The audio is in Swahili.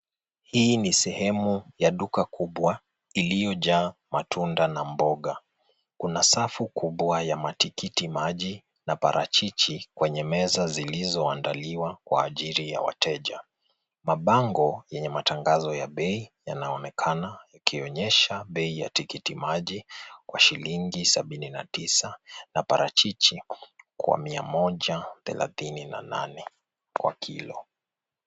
Hii ni sehemu ya duka kubwa iliyojaa matunda na mboga. Kuna safu kubwa ya matikitimaji na parachichi kwenye meza zilizoandaliwa kwa ajili ya wateja. Mabango yenye matangazo ya bei yanaonekana, yakionyesha bei ya tikitimaji kwa shilingi sabini na tisa na parachichi kwa mia moja thelathini na nane kwa kilo.